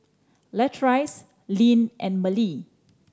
Latrice Linn and Mallie